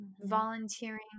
Volunteering